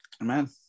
Amen